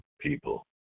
people